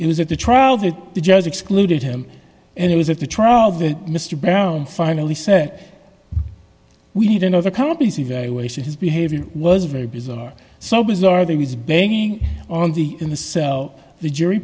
eight was at the trial that the judge excluded him and it was at the trial that mr brown finally said we need another company's evaluation his behavior was very bizarre so bizarre there was banging on the in the cell the jury